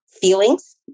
feelings